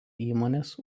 įmonės